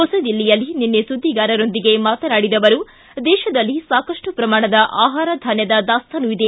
ಹೊಸದಿಲ್ಲಿಯಲ್ಲಿ ನಿನ್ನೆ ಸುಧಿಗಾರರೊಂದಿಗೆ ಮಾತನಾಡಿದ ಅವರು ದೇಶದಲ್ಲಿ ಸಾಕಷ್ಟು ಪ್ರಮಾಣದ ಆಹಾರ ಧಾನ್ಯದ ದಾಸ್ತಾನು ಇದೆ